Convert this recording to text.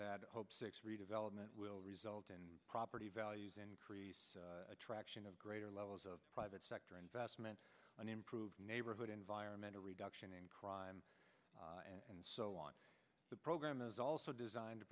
redevelopment will result in property values increase attraction of greater levels of private sector investment and improved neighborhood environmental reduction in crime and so on the program is also designed to